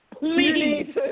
please